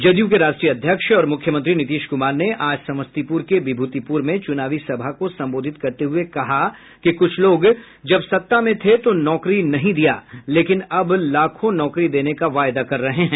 जदयू के राष्ट्रीय अध्यक्ष और मुख्यमंत्री नीतीश कुमार ने आज समस्तीपुर के विभूतिपुर में चुनावी सभा को संबोधित करते हुए कहा कि कुछ लोग जब सत्ता में थे तो नौकरी नहीं दिया लेकिन अब लाखों नौकरी देने का वायदा कर रहे हैं